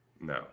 No